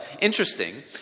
interesting